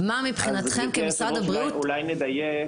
אולי נדייק.